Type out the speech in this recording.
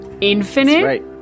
infinite